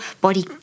body